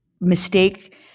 mistake